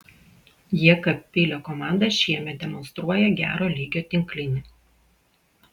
jekabpilio komanda šiemet demonstruoja gero lygio tinklinį